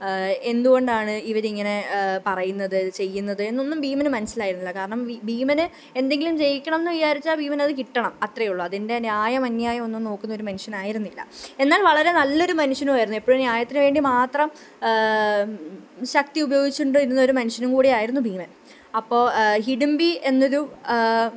എന്തുകൊണ്ടാണ് ഇവരിങ്ങനെ പറയുന്നത് ചെയ്യുന്നത് എന്നൊന്നും ഭീമന് മനസിലായിരുന്നില്ല കാരണം ഭീ ഭീമന് എന്തെങ്കിലും ജയിക്കണം എന്ന് വിചാരിച്ചാൽ ഭീമനത് കിട്ടണം അത്രയും ഉള്ളു അതിന്റെ ന്യായം അന്യായവൊന്നും നോക്കുന്നൊരു മനുഷ്യനായിരുന്നില്ല എന്നാല് വളരെ നല്ലൊരു മനുഷ്യനുമായിരുന്നു എപ്പഴും ന്യായത്തിനു വേണ്ടി മാത്രം ശക്തി ഉപയോഗിച്ച് കൊണ്ടിരുന്ന ഒരു മനുഷ്യനും കൂടിയായിരുന്നു ഭീമന് അപ്പോൾ ഹിഡുമ്പി എന്നൊരു